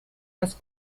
das